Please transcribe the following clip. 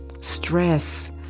stress